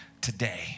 today